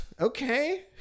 Okay